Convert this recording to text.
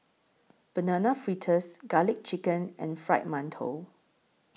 Banana Fritters Garlic Chicken and Fried mantou